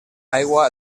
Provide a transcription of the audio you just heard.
aigua